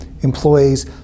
employees